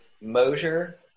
Mosier